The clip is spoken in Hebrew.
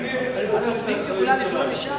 אני לוקח את האחריות עלי,